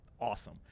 Awesome